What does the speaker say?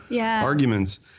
arguments